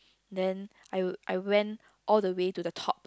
then I we~ I went all the way to the top